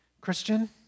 Christian